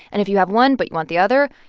and if you have one but you want the other,